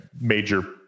major